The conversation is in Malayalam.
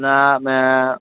എന്നാൽ